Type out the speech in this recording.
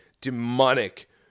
demonic